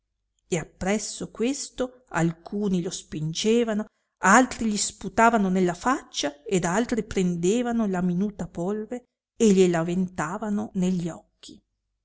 e appresso questo alcuni lo spingevano altri gli sputavano nella faccia ed altri prendevano la minuta polve e glie la aventavano ne gli occhi